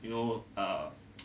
you know err